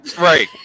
Right